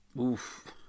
Oof